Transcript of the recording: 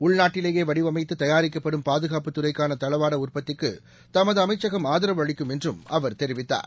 உள்நாட்டிலேயேவடிவமைத்துதயாரிக்கப்படும் பாகுகாப்பு துறைக்கானதளவாடஉற்பத்திக்குதமதுஅமைச்சகம் ஆதரவு அளிக்கும் என்றும் அவர் தெரிவித்தார்